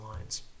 lines